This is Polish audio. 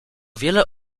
wiele